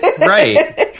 right